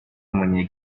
w’umunye